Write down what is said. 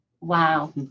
Wow